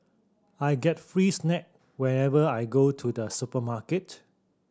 I get free snack whenever I go to the supermarket